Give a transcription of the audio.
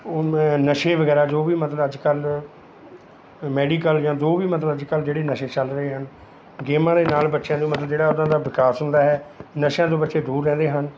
ਉਵੇਂ ਨਸ਼ੇ ਵਗੈਰਾ ਜੋ ਵੀ ਮਤਲਬ ਅੱਜ ਕੱਲ੍ਹ ਮੈਡੀਕਲ ਜਾਂ ਜੋ ਵੀ ਮਤਲਬ ਅੱਜ ਕੱਲ੍ਹ ਨਸ਼ੇ ਚੱਲ ਰਹੇ ਹਨ ਗੇਮਾਂ ਦੇ ਨਾਲ ਬੱਚਿਆਂ ਨੂੰ ਮਤਲਬ ਜਿਹੜਾ ਉਹਨਾਂ ਦਾ ਵਿਕਾਸ ਹੁੰਦਾ ਹੈ ਨਸ਼ਿਆਂ ਤੋਂ ਬੱਚੇ ਦੂਰ ਰਹਿੰਦੇ ਹਨ